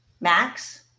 Max